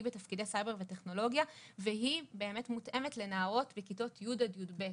בתפקידי סייבר וטכנולוגיה והיא באמת מותאמת לנערות בכיתות י' עד י"ב.